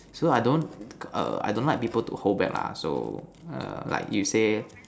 so I don't err I don't like people to hold back lah so err like you say